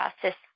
process